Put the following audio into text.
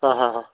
ആ ഹാ ഹാ